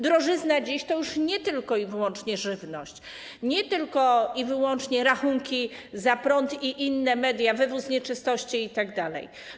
Drożyzna dziś to już nie tylko i wyłącznie żywność, nie tylko i wyłącznie rachunki za prąd i inne media, wywóz nieczystości itd.